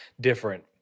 different